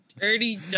Dirty